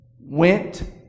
went